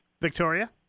Victoria